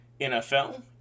NFL